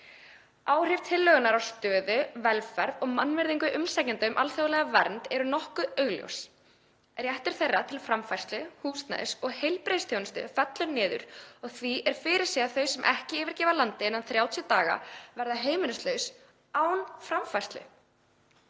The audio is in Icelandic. Áhrif tillögunnar á stöðu, velferð og mannvirðingu umsækjenda um alþjóðlega vernd eru nokkuð augljós. Réttur þeirra til framfærslu, húsnæðis og heilbrigðisþjónustu fellur niður og því er fyrirséð að þau sem ekki yfirgefa landið innan 30 daga verða heimilislaus án framfærslu.